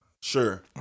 Sure